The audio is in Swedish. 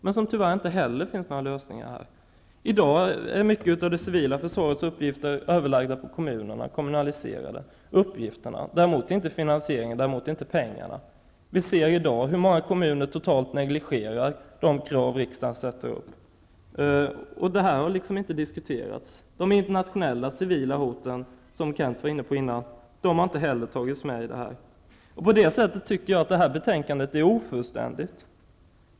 Men tyvärr finns inte heller här några lösningar. I dag har många av det civila försvarets uppgifter lagts över på kommunerna och blivit kommunaliserade. Däremot har inte finansieringen och inte heller pengarna blivit det. Vi ser i dag hur många kommuner negligerar de krav som riksdagen ställer. Detta har inte diskuterats. De internationella civila hoten, som Kent Carlsson var inne på, har inte heller tagits med. Jag tycker därför att betänkandet är ofullständigt.